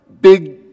big